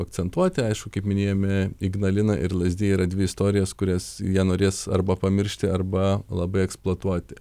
akcentuoti aišku kaip minėjome ignalina ir lazdijai yra dvi istorijos kurias jie norės arba pamiršti arba labai eksploatuoti